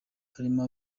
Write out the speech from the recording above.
harimo